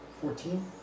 fourteen